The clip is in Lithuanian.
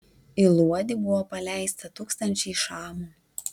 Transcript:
į luodį buvo paleista tūkstančiai šamų